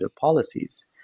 policies